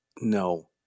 No